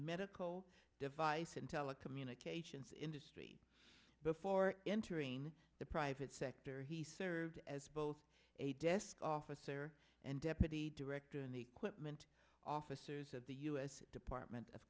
medical device and telecommunications industry before entering the private sector he served as both a desk officer and deputy director in the equipment officers of the u s department of